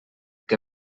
que